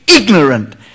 ignorant